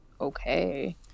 okay